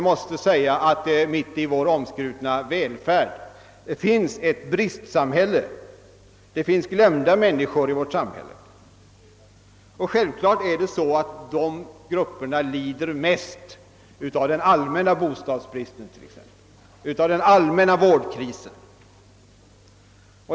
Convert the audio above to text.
Mitt i vår omskrutna välfärd finns ett bristsamhälle, det finns glömda människor i vårt samhälle, och självfallet är det så att dessa grupper lider mest av den allmänna bostadsbristen, den allmänna vårdkrisen o.s.v.